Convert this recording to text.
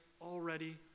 already